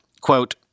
Quote